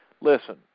listen